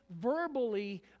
verbally